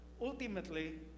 ultimately